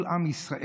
כל עם ישראל,